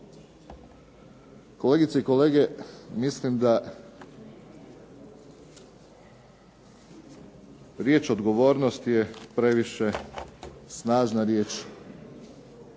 Kolegice i kolege mislim da riječ odgovornost je previše snažna riječ,